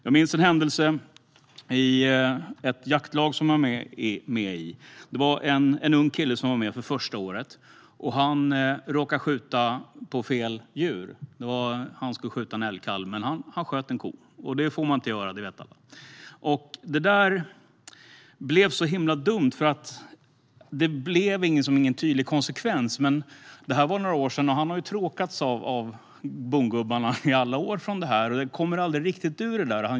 Jag minns en händelse i ett jaktlag som jag var med i. En ung kille var med för första gången. Han råkade skjuta på fel djur. Han skulle skjuta en älgkalv, men han sköt en ko. Det får man inte göra, och det vet alla. Det blev ingen tydlig konsekvens av detta, vilket var dumt. Detta var några år sedan. Han har tråkats av bondgubbarna i alla år för detta, och han kommer aldrig riktigt ur det.